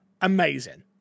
amazing